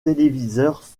téléviseurs